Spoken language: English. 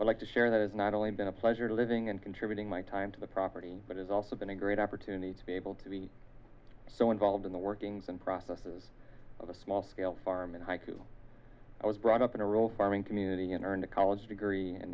i'd like to share that is not only been a pleasure living and contributing my time to the property but it's also been a great opportunity to be able to be so involved in the workings and processes of a small scale farm in haiku i was brought up in a rural farming community and earned a college degree